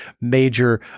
major